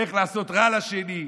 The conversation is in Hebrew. איך לעשות רע לשני,